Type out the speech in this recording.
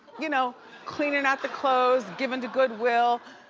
you know cleaning out the clothes, giving to good will,